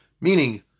meaning